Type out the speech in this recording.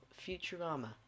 Futurama